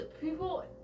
people